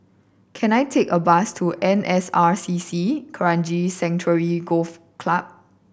can I take a bus to N S R C C Kranji Sanctuary Golf Club